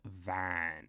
van